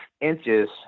inches